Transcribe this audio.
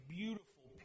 beautiful